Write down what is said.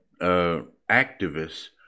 activists